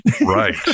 Right